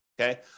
okay